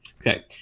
Okay